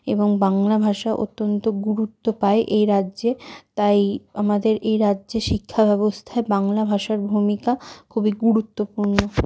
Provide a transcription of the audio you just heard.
এবং বাংলা ভাষা অত্যন্ত গুরুত্ব পায় এ রাজ্যে তাই আমাদের এই রাজ্যে শিক্ষা ব্যবস্থায় বাংলা ভাষার ভূমিকা খুবই গুরুত্বপূর্ণ